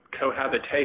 cohabitation